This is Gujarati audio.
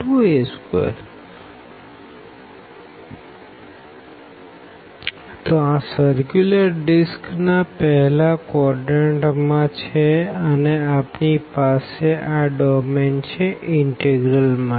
તો આ સર્ક્યુલર ડિસ્કના પેહલા ચતુર્થાંશ માં છે અને આપણી પાસે આ ડોમેન છે ઇનટેગરલ માટે